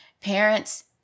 parents